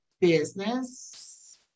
business